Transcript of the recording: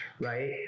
right